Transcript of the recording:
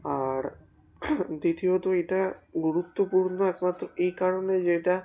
আর দ্বিতীয়ত এটা গুরুত্বপূর্ণ একমাত্র এই কারণে যে এটা